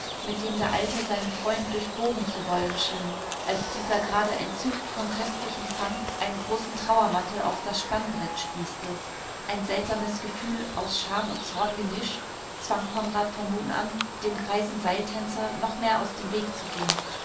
mit dem der alte seinen freund durchbohren zu wollen schien als dieser gerade entzückt vom köstlichen fang einen großen trauermantel auf das spannbrett spießte ein seltsames gefühl aus scham und zorn gemischt zwang konrad von nun an dem greisen seiltänzer noch mehr aus dem wege zu gehen